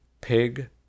pig